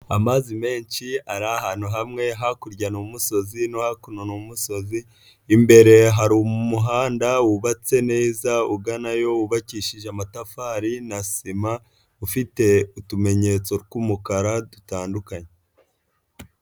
Amazi menshi ari ahantu hamwe hakurya n'umusozi no hakuno n'umusozi, imbere hari umuhanda wubatse neza uganayo wubakishije amatafari na sima ufite utumenyetso tw'umukara dutandukanye.